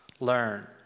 Learn